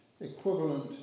equivalent